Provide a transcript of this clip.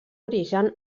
origen